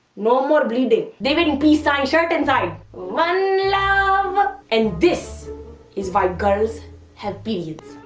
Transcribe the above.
no more bleeding. they're wearing peace sign shirts inside one love and this is why girls have periods.